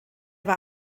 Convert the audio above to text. war